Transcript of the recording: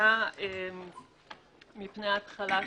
הגנה מפני התחלת עישון.